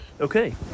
okay